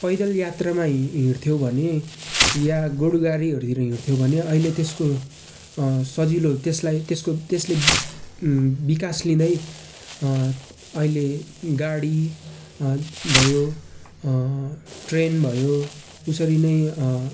पैदल यात्रामा हिँड्थ्यौँ भने या गोरुगाडीहरूतिर हिँड्थ्यौँ भने अहिले त्यसको सजिलो त्यसलाई त्यसको त्यसले विकास लिँदै अहिले गाडी भयो ट्रेन भयो उसरी नै